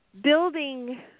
building